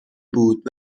بود